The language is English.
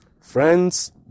Friends